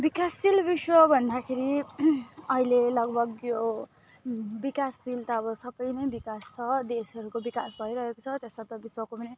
विकासशील विश्व भन्दाखेरि अहिले लगभग यो विकासशील त अब सबैमै विकास छ देशहरूको विकास भइरहेको छ तसर्थ विश्वको नै